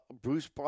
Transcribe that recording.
Bruce